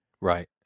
Right